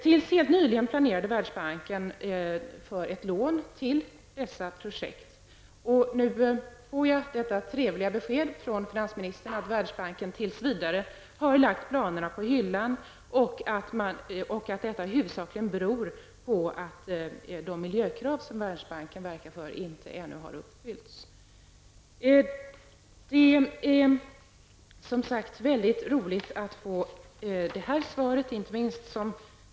Tills helt nyligen planerade Världsbanken för ett lån till dessa projekt. Nu får jag detta trevliga besked av finansministern att Världsbanken tills vidare lagt planerna på hyllan och att detta huvudsakligen beror på att de miljökrav som Världsbanken ställer ännu inte har uppfyllts. Det är, som sagt, väldigt roligt att få detta svar.